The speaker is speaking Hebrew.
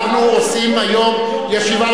אנחנו עושים היום ישיבה,